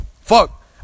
Fuck